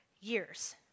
years